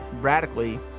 radically